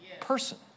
person